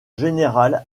général